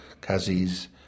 Kazis